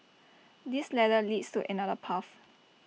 this ladder leads to another path